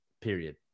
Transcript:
period